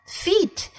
feet